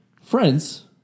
friends